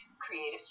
creative